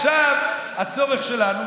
עכשיו הצורך שלנו,